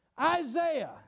Isaiah